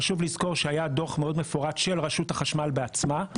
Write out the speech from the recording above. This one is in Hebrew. חשוב לומר שהיה דו"ח מאוד מפורט של רשות החשמל בעצמה,